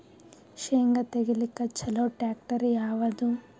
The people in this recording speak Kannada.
ಶೇಂಗಾ ತೆಗಿಲಿಕ್ಕ ಚಲೋ ಟ್ಯಾಕ್ಟರಿ ಯಾವಾದು?